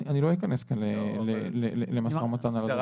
אני לא אכנס כאן למשא ומתן על הדבר הזה.